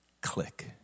click